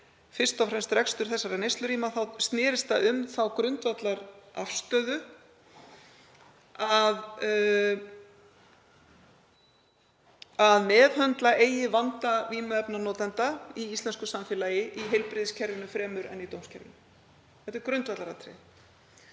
fyrst og fremst rekstur neyslurýma þá snerist það um þá grundvallarafstöðu að meðhöndla eigi vanda vímuefnaneytenda í íslensku samfélagi í heilbrigðiskerfinu fremur en í dómskerfinu. Þetta er grundvallaratriði.